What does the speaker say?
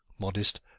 modest